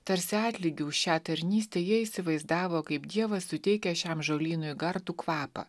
tarsi atlygį už šią tarnystę jie įsivaizdavo kaip dievas suteikia šiam žolynui gardų kvapą